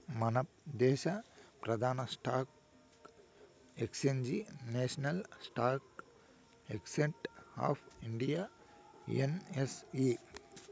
మనదేశ ప్రదాన stock exchange national stock exchange of India NSE